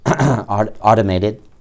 automated